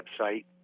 website